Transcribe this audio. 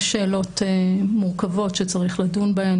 יש שאלות מורכבות שצריך לדון בהן,